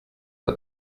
but